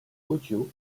audio